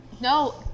No